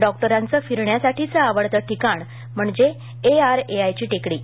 डॉक्टरांचं फिरण्यासाठीचं आवडतं ठिकाण म्हणजे एआरएआयची टेकडी